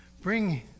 bring